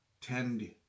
tend